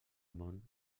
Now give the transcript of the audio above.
món